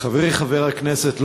חברי חברי הכנסת,